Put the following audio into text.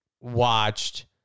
watched